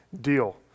deal